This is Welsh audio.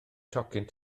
tocyn